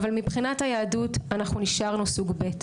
אבל מבחינת היהדות אנחנו נשארנו סוג ב'.